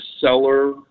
seller